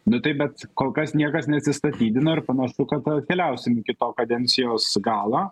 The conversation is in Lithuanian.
nu taip bet kol kas niekas neatsistatydino ir panašu kad keliausim iki to kadencijos galo